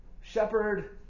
Shepherd